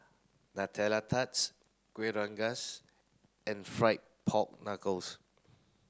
Nutella Tart Kueh Rengas and fried pork knuckles